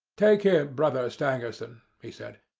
take him, brother stangerson, he said,